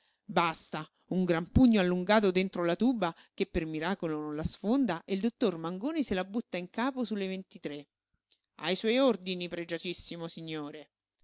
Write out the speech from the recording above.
basta un gran pugno allungato dentro la tuba che per miracolo non la sfonda e il dottor mangoni se la butta in capo su su le ventitré ai suoi suoi ordini pregiatissimo signore